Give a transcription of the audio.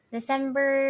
December